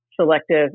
selective